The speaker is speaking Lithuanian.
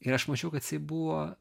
ir aš mačiau kad jisai buvo